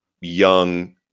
young